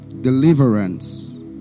deliverance